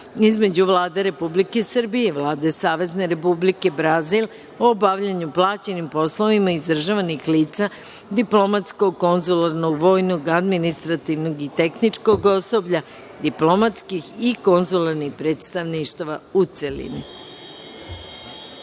između Vlade Republike Srbije i Vlade Savezne Republike Brazil o bavljenju plaćenim poslovima izdržavanih lica diplomatskog, konzularnog, vojnog, administrativnog i tehničkog osoblja diplomatskih i konzularnih predstavništava, u